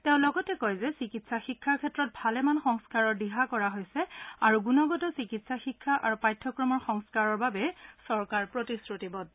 তেওঁ লগতে কয় যে চিকিৎসা শিক্ষাৰ ক্ষেত্ৰত ভালেমান সংস্কাৰৰ দিয়া কৰা হৈছে আৰু গুণগত চিকিৎসা শিক্ষা আৰু পাঠ্যক্ৰমৰ সংস্কাৰৰ বাবে চৰকাৰ প্ৰতিশ্ৰুতিবদ্ধ